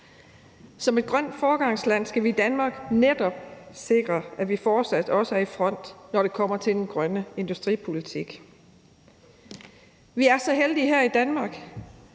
Som et grønt foregangsland skal Danmark netop sikre, at vi fortsat er i front, når det kommer til den grønne industripolitik. Vi er så heldige her i Danmark,